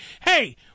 hey